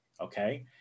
okay